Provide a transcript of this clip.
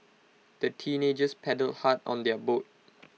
the teenagers paddled hard on their boat